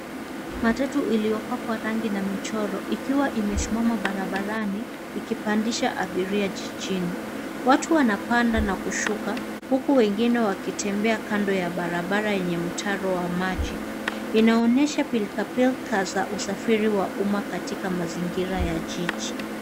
Matatu iliyopakwa rangi na michoro ikiwa imesimama barabarani ikipandisha abiria jijini. Watu wanapanda na kushuka huku wengine wakitembea kando ya barabara enye mtaro wa maji. Inaonyesha pilka pilka za usafiri wa umma katika mazingira ya jiji.